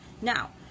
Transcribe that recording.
Now